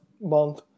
month